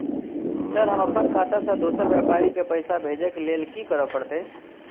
Sir हम अप्पन खाता सऽ दोसर व्यापारी केँ पैसा भेजक लेल की करऽ पड़तै?